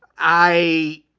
i